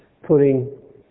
putting